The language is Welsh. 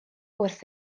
wrth